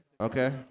Okay